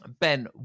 Ben